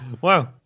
Wow